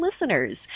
listeners